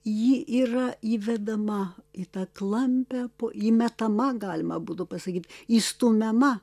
ji yra įvedama į tą klampią po įmetama galima būtų pasakyt įstumiama